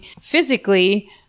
physically